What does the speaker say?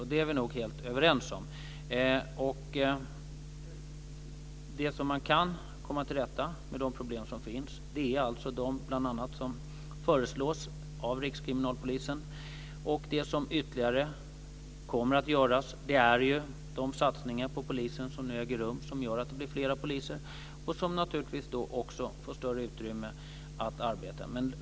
Det är vi nog helt överens om. Det som kan göras för att komma till rätta med de problem som finns är bl.a. det som föreslås av Rikskriminalpolisen. Därtill kommer satsningarna på polisen, som gör att det blir fler poliser. Då får också polisen större utrymme för att arbeta.